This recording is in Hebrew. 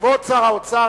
כבוד שר האוצר,